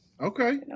Okay